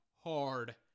hard